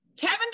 Kevin